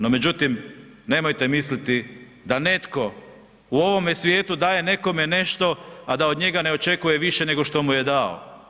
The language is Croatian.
No međutim, nemojte misliti da netko u ovome svijetu daje nekome nešto, a da od njega ne očekuje više nego što mu je dao.